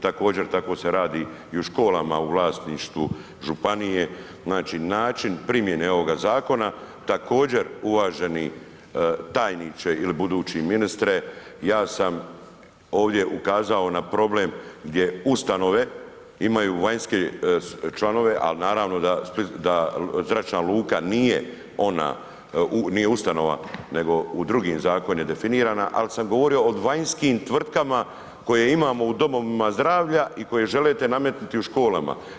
Također, tako se radi i u školama u vlasništvu županije, znači, način primjene ovoga zakona također uvaženi tajniče ili budući ministre, ja sam ovdje ukazao na problem gdje ustanove imaju vanjske članove, a naravno da zračna luka nije ona nije ustanova, nego u drugi zakon je definirana, ali sam govorio o vanjskim tvrtkama koje imamo u domovina zdravlja ikoje želite nametnuti u školama.